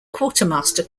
quartermaster